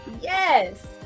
Yes